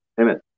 amen